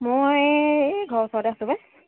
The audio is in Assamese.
মই এই ঘৰৰ ওচৰতে আছো পায়